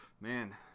man